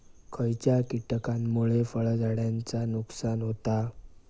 खयच्या किटकांमुळे फळझाडांचा नुकसान होता?